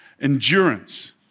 Endurance